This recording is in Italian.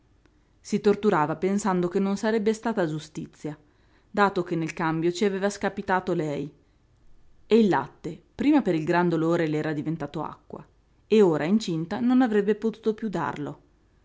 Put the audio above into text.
perduto si torturava pensando che non sarebbe stata giustizia dato che nel cambio ci aveva scapitato lei e il latte prima per il gran dolore le era diventato acqua e ora incinta non avrebbe potuto piú darlo